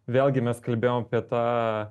vėlgi mes kalbėjom apie tą